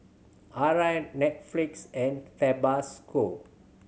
Arai Netflix and Tabasco